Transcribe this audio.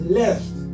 left